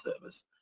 service